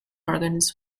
organs